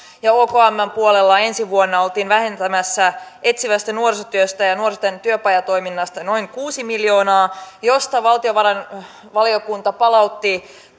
ja okmn puolella ensi vuonna oltiin vähentämässä etsivästä nuorisotyöstä ja ja nuorten työpajatoiminnasta noin kuusi miljoonaa mistä valtiovarainvaliokunta palautti